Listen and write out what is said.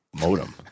modem